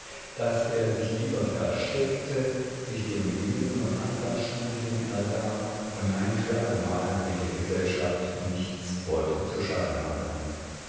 daß er sich lieber versteckte sich dem lesen und andern studien ergab und ein für allemal mit der gesellschaft nichts wollte zu schaffen haben